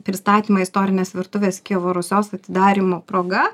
pristatymą istorinės virtuvės kijevo rusios atidarymo proga